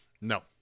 No